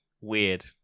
weird